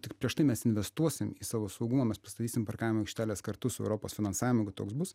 tik prieš tai mes investuosim į savo saugumą mes pastatysim parkavimo aikšteles kartu su europos finansavimu jeigu toks bus